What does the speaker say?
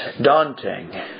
daunting